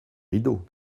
rideaux